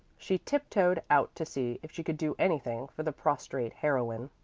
she tiptoed out to see if she could do anything for the prostrate heroine.